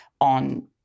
on